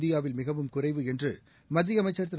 இந்தியாவில் மிகவும் குறைவு என்று மத்திய அமைச்சர் திரு